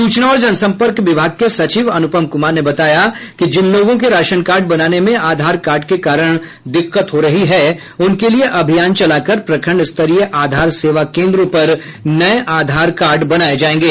सूचना और जनसंपर्क विभाग के सचिव अनुपम कुमार ने बताया कि जिन लोगों के राशन कार्ड बनाने में आधार कार्ड के कारण दिक्कत हो रही है उनके लिये अभियान चलाकर प्रखंड स्तरीय आधार सेवा केन्द्रों पर नये आधार बनाये जायेंगे